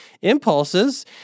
impulses